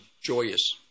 joyous